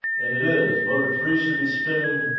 and it is. motor three should be spinning